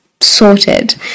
sorted